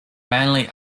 mainly